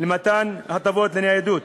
למתן הטבות לניידות.